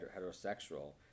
heterosexual